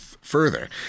further